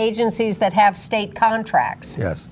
agencies that have state contracts yes